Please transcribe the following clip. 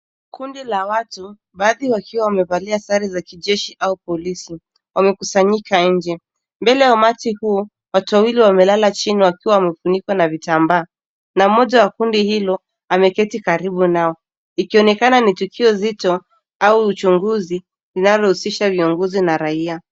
Kundi la watu, baadhi wakiwa wamevalia sare za kijeshi au polisi, wamekusanyika eneo fulani. Mbele ya umati huu, kuna mwili uliofunikwa kwa shuka na vitambaa. Mmoja wa kundi hilo ameketi karibu na mwili huo. Mandhari inaonyesha tukio zito au uchunguzi unaohusisha askari na raia.